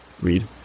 read